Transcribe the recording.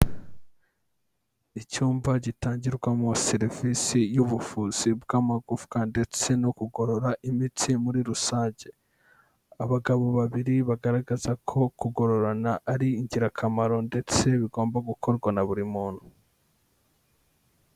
Icyumba gitangirwamo serivisi y'ubuvuzi bw'amagufwa ndetse no kugorora imitsi muri rusange, abagabo babiri bagaragaza ko kugororana ari ingirakamaro ndetse bigomba gukorwa na buri muntu.